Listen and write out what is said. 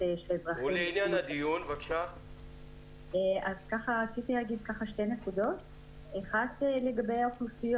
אני רוצה לדבר על אוכלוסיות